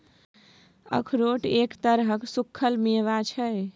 अखरोट एक तरहक सूक्खल मेवा छै